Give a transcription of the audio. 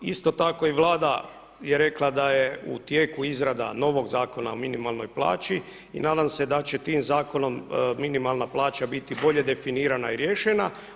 Isto tako i Vlada je rekla da je u tijeku izrada novog Zakona o minimalnoj plaći i nadam se da će tim zakonom minimalna plaća biti bolje definirana i riješena.